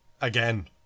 Again